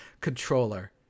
controller